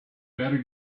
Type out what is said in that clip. better